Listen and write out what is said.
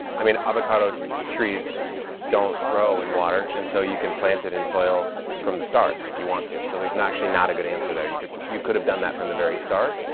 i mean, avocado trees don't grow in water. and so you can plant it in soil from the start if you want to. so there's and actually not a good answer there. you could, you could have done that from the very start.